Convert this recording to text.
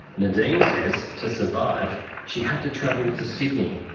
nadine says to survive she had to travel to sydney,